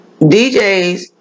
DJs